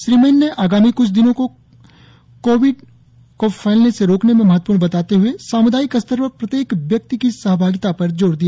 श्री मैन ने आगामी कुछ दिनों को कोविड को फैलने से रोकने में महत्वपूर्ण बताते हुए सामुदायिक स्तर पर प्रत्येक व्यक्ति की सहभागिता पर जो र दिया